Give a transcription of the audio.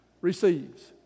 receives